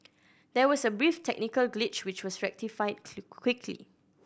there was a brief technical glitch which was rectified quickly